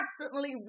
constantly